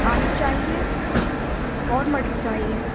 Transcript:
آلو چاہیے اور مٹر چاہیے